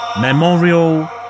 Memorial